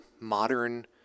modern